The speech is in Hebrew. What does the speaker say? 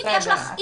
אם יש לך --- בסדר,